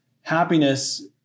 happiness